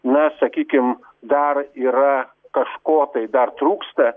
na sakykim dar yra kažko tai dar trūksta